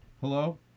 Hello